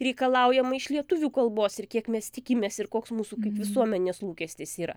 reikalaujama iš lietuvių kalbos ir kiek mes tikimės ir koks mūsų kaip visuomenės lūkestis yra